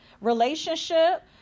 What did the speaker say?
relationship